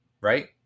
right